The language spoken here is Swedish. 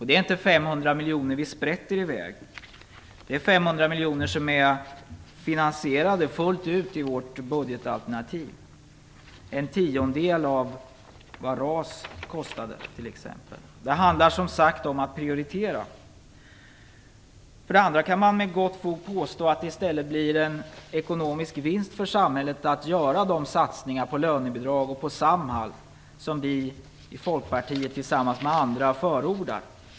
Det är inte 500 miljoner som vi sprätter i väg - det är 500 miljoner som är fullt ut finansierade i vårt budgetalternativ. Det är t.ex. en tiondel av vad RAS kostade. Det handlar som sagt om att prioritera. För det andra kan man med fog påstå att det i stället blir en ekonomisk vinst för samhället att göra de satsningar på lönebidrag och på Samhall som vi i Folkpartiet förordar tillsammans med andra.